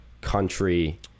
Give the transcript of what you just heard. country